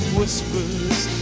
whispers